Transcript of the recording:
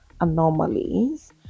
anomalies